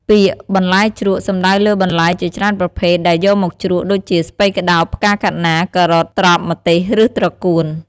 ពាក្យ "បន្លែជ្រក់" សំដៅលើបន្លែជាច្រើនប្រភេទដែលយកមកជ្រក់ ដូចជា ស្ពៃក្ដោប ផ្កាខាត់ណា ការ៉ុត ត្រប់ ម្ទេស ឬត្រកួន។